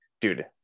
dude